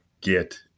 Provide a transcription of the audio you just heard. get